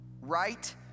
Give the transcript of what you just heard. right